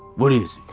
what is